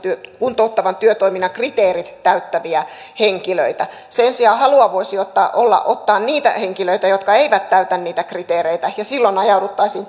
kuntouttavan työtoiminnan kriteerit täyttäviä henkilöitä sen sijaan halua voisi olla ottaa niitä henkilöitä jotka eivät täytä niitä kriteereitä ja silloin ajauduttaisiin